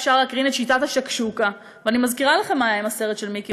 אפשר להקרין את "שיטת השקשוקה" ואני מזכירה לכם מה היה עם הסרט של מיקי